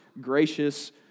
gracious